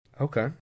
Okay